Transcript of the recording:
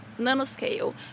nanoscale